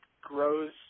grows